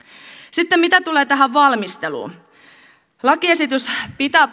sitten mitä tulee tähän valmisteluun lakiesitys pitää